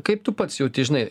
kaip tu pats jauti žinai